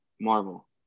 Marvel